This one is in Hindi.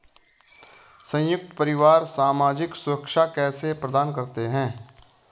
संयुक्त परिवार सामाजिक सुरक्षा कैसे प्रदान करते हैं?